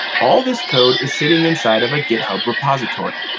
all of this code is sitting inside of a github repository.